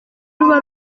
ruba